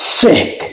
sick